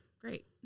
great